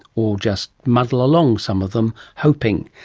or just muddle along, some of them hoping.